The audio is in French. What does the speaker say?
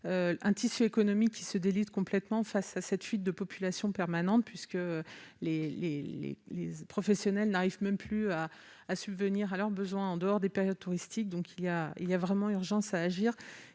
un tissu économique qui se délite complètement face à cette fuite de population permanente. Les professionnels n'arrivent même plus à subvenir à leurs besoins en dehors des périodes touristiques. Il y a donc vraiment urgence à agir.